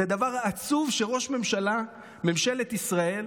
זה דבר עצוב שראש ממשלה, ממשלת ישראל,